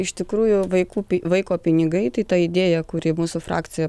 iš tikrųjų vaikų vaiko pinigai tai ta idėja kuri mūsų frakcija